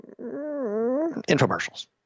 infomercials